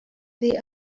they